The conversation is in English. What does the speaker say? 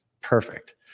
perfect